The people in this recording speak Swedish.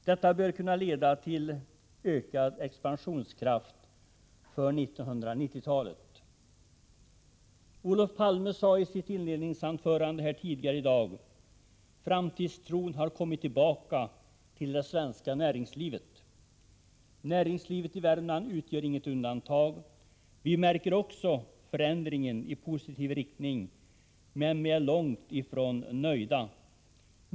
Detta bör kunna leda till ökad expansionskraft för 1990-talet. Olof Palme sade i sitt inledningsanförande tidigare i dag: Framtidstron har kommit tillbaka till det svenska näringslivet. Näringslivet i Värmland utgör inget undantag. Vi märker också förändringen i positiv riktning, men vi är långt ifrån nöjda.